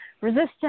resistance